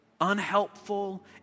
Unhelpful